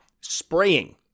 spraying